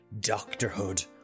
Doctorhood